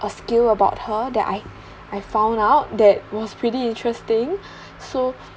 a skill about her that I I found out that was pretty interesting so